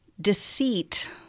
deceit